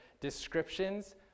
descriptions